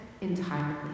entirely